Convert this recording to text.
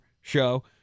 show